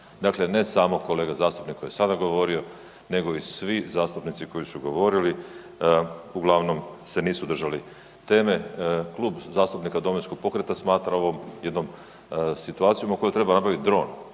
Dakle, ne samo kolega zastupnik koji je sada govorio nego i svi zastupnici koji su govorili uglavnom se nisu držali teme. Klub zastupnika Domovinskog pokreta smatra ovo jednom situacijom u kojoj treba nabaviti dron,